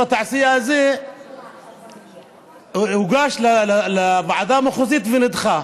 התעשייה הזה הוגשה לוועדה המחוזית ונדחתה,